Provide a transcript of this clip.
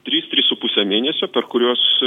trys trys su puse mėnesio per kuriuos